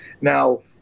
Now